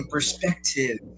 Perspective